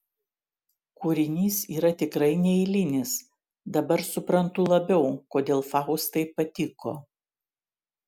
kūrinys yra tikrai neeilinis dabar suprantu labiau kodėl faustai patiko